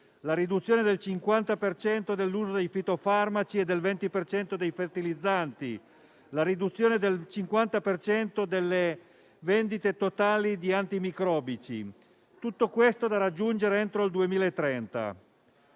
la riduzione del 50 per cento dell'uso dei fitofarmaci e del 20 per cento dei fertilizzanti; la riduzione del 50 per cento delle vendite totali di antimicrobici. Tutto questo da raggiungere entro il 2030.